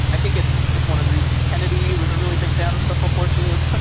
i think it's it's one of the reasons kennedy was a really big fan of special forces.